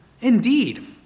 Indeed